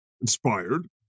inspired